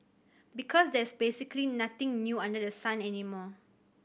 because there's basically nothing new under the sun anymore